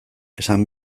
esan